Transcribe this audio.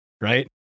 right